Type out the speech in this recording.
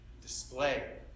display